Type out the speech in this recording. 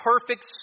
perfect